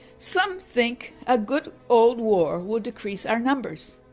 some think a good old war would decrease our numbers.